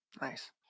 nice